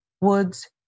Woods